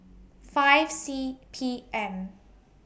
five C P M